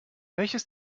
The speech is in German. welches